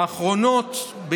האחרונות,